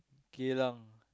Geylang